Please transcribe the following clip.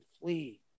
flee